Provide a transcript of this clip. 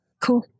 cool